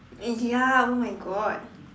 and ya oh my god